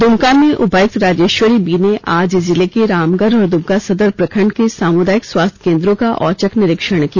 दुमका में उपायुक्त राजेश्वरी बी ने आज जिले के रामगढ़ और दुमका सदर प्रखंड के सामुदायिक स्वास्थ केंद्रो का औचक निरीक्षण किया